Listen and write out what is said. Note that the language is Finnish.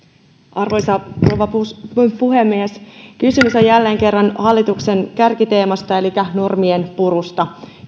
arvoisa rouva puhemies kysymys on jälleen kerran hallituksen kärkiteemasta elikä normien purusta